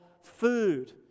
food